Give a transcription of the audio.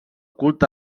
culte